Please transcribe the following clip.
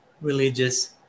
religious